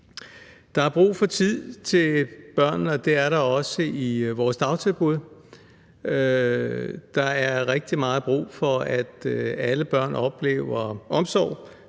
Der er brug for tid til børnene, og det er der også i vores dagtilbud. Der er rigtig meget brug for, at alle børn oplever omsorg,